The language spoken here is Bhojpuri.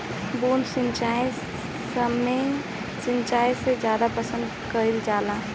बूंद सिंचाई सामान्य सिंचाई से ज्यादा पसंद कईल जाला